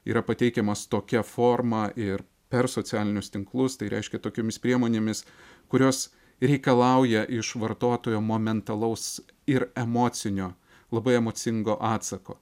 yra pateikiamas tokia forma ir per socialinius tinklus tai reiškia tokiomis priemonėmis kurios reikalauja iš vartotojo momentalaus ir emocinio labai emocingo atsako